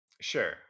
sure